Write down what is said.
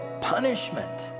punishment